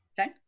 Okay